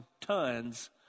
tons